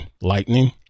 lightning